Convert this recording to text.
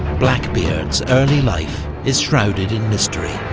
blackbeard's early life is shrouded in mystery.